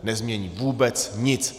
Nezmění vůbec nic.